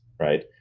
right